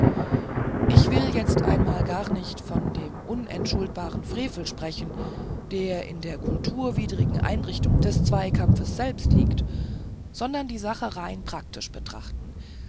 ich will jetzt einmal gar nicht von dem unentschuldbaren frevel sprechen der in der kulturwidrigen einrichtung des zweikampfes selbst liegt sondern die sache rein praktisch betrachten